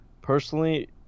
personally